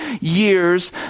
years